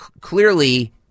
clearly